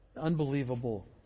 Unbelievable